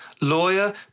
lawyer